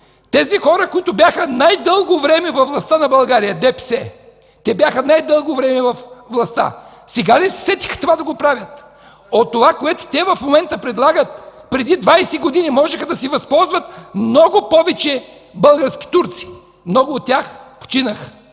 Тези хора, които бяха най-дълго време във властта на България – ДПС, те бяха най-дълго време във властта, сега ли се сетиха да правят това? От онова, което в момента предлагат, преди 20 години можеха да се възползват много повече български турци. Много от тях починаха.